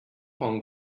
pong